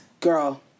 Girl